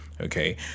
okay